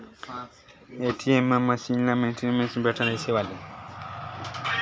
ATM machine म mini statement button ल दबाबे ताहाँले खाता के आखरी दस ठन लेवइ देवइ ल देखे बर मिल जाथे